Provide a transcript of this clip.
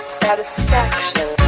satisfaction